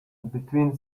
between